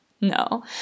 No